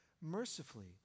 mercifully